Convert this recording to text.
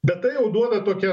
bet tai jau duoda tokią